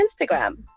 Instagram